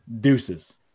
deuces